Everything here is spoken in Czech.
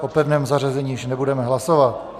O pevném zařazení již nebudeme hlasovat.